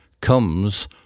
comes